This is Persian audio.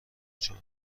چهار